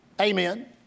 amen